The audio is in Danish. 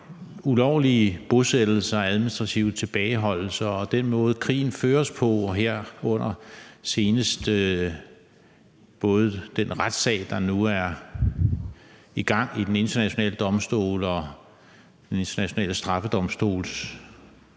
ulovlige bosættelser og administrative tilbageholdelser og den måde, krigen føres på. Det er både med hensyn til den retssag, der nu er i gang i Den Internationale Straffedomstol og dens anmodning om at få rejst